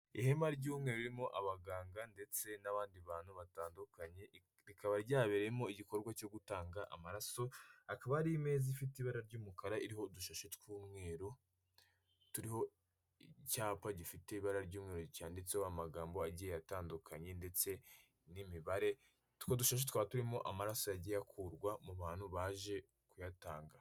Ihema ry'umweru ririmo abaganga ndetse n'abandi bantu batandukanye, rikaba ryabereyemo igikorwa cyo gutanga amaraso, hakaba hari imeza ifite ibara ry'umukara iriho udushashi tw'umweru turiho icyapa gifite ibara ry'umweru cyanditseho amagambo agiye atandukanye ndetse n'imibare, utwo dushashi tukaba turimo amaraso yagiye akurwa mu bantu baje kuyatanga.